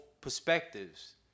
perspectives